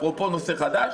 אפרופו נושא חדש,